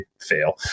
fail